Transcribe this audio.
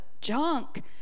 junk